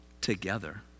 together